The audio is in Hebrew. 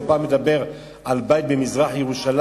כל פעם מדבר על בית במזרח-ירושלים,